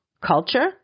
culture